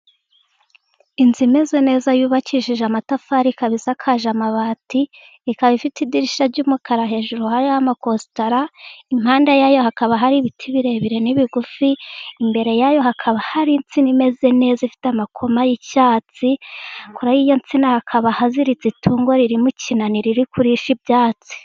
inzu imeze neza yubakishije amatafari ikaba isakaje amabati, ikaba ifite idirishya ry'umukara hejuru hariho amakositara. Impande yayo hakaba hari ibiti birebire ni'ibigufi, imbere yayo hakaba hari insina imeze neza ifite amakoma y'icyatsi. Kure y'iyo nsina hakaba haziritse itungo, riri mu kinani riri kurisha ibyatsi.